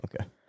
okay